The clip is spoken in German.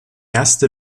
erste